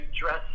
dress